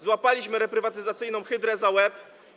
Złapaliśmy reprywatyzacyjną hydrę za łeb.